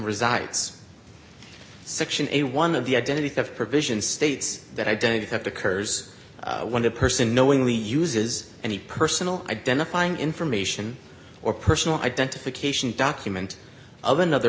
resides section a one of the identity theft provisions states that identity theft occurs when the person knowingly uses any personal identifying information or personal identification document of another